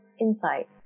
insight